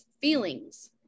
feelings